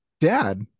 Dad